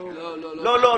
לא.